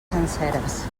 senceres